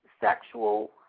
sexual